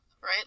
right